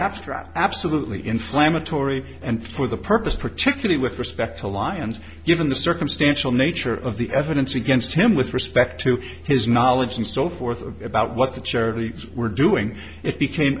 aftra absolutely inflammatory and for the purpose particularly with respect to lie and given the circumstantial nature of the evidence against him with respect to his knowledge and so forth about what the charities were doing it became